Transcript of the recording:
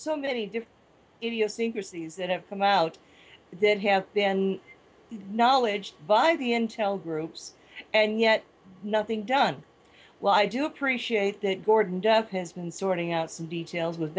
so many different idiosyncrasies that have come out that have been knowledge by the intel groups and yet nothing done well i do appreciate that gordon has been sorting out some details w